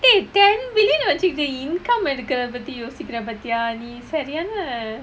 eh ten billion னே வச்சிக்கிட்டு:nae vachchikkittu income எடுக்குறதே பத்தி யோசிக்கிர பத்தியா நீ சரியான:edukurathae pathi yosikkira pattiya nee sariyaana